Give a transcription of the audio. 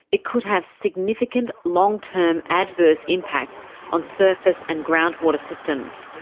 it could have significant long-term adverse impacts on surface and groundwater systems.